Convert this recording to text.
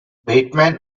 bateman